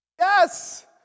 Yes